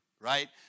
right